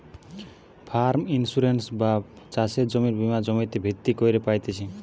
farm insurance বা চাষের জমির বীমা জমিতে ভিত্তি কইরে পাইতেছি